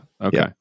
Okay